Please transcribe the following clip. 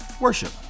worship